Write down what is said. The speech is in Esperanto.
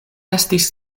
estis